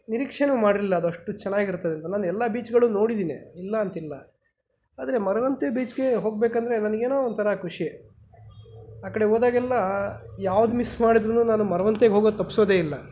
ನಿರೀಕ್ಷೆಯೂ ಮಾಡಿರಲಿಲ್ಲ ಅದು ಅಷ್ಟು ಚೆನ್ನಾಗಿ ಇರ್ತದೆ ಅಂತ ನಾನು ಎಲ್ಲ ಬೀಚ್ಗಳು ನೋಡಿದ್ದೀನಿ ಇಲ್ಲಾಂತ ಇಲ್ಲ ಆದರೆ ಮರವಂತೆ ಬೀಚ್ಗೆ ಹೋಗ್ಬೇಕೆಂದ್ರೆ ನನಗೇನೋ ಒಂಥರ ಖುಷಿ ಆ ಕಡೆ ಹೋದಾಗೆಲ್ಲ ಯಾವುದು ಮಿಸ್ ಮಾಡಿದ್ರೂ ನಾನು ಮರವಂತೆಗೆ ಹೋಗೋದು ತಪ್ಪಿಸೋದೆ ಇಲ್ಲ